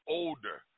older